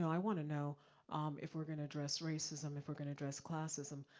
i wanna know if we're gonna address racism, if we're gonna address classism,